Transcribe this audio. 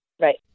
right